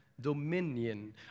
dominion